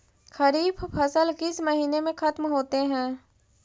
खरिफ फसल किस महीने में ख़त्म होते हैं?